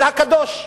אל הקדוש.